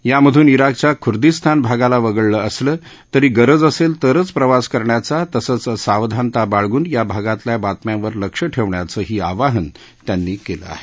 यामधून ईराकच्या खुर्दिस्तान भागाला वगळलं असलं तरी गरज असेल तरच प्रवास करण्याचा तसंच सावधानता बाळगुन या भागातल्या बातम्यांवर लक्ष ठेवण्याचंही आवाहन त्यांनी केलं आहे